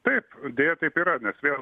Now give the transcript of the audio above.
taip deja taip yra nes vėl